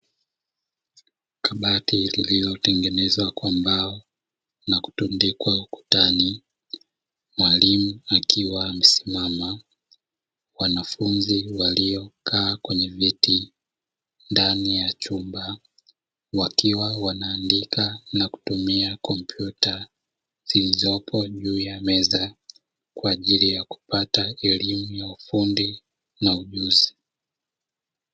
Kabati lililotengenezwa kwa mbao na kutungikwa ukutani, mwalimu akiwa amesimama wanafunzi waliokaa kwenye viti ndani ya chumba wakiwa wanaandika na kutumia kompyuta zilizopo juu ya meza kwa ajili ya kupata elimu ya ufundi na ujuzi.